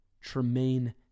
Tremaine